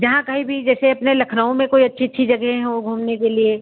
जहाँ कहीं भी जैसे अपने लखनऊ में कोई अच्छी अच्छी जगह हों घूमने के लिए